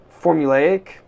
formulaic